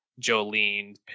Jolene